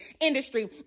Industry